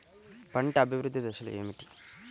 పంట అభివృద్ధి దశలు ఏమిటి?